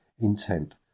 Intent